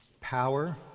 Power